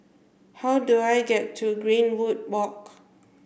how do I get to Greenwood Walk